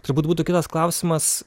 turbūt būtų kitas klausimas